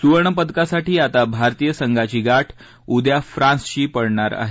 सुवर्णपदकासाठी आता भारतीय संघाची गाठ उद्या फ्रान्सशी पडणार आहे